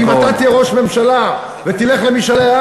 ואם אתה תהיה ראש ממשלה ותלך למשאלי עם,